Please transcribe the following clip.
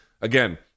again